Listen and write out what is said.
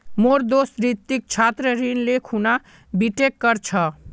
मोर दोस्त रितिक छात्र ऋण ले खूना बीटेक कर छ